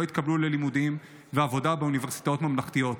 התקבלו ללימודים ועבודה באוניברסיטאות ממלכתיות.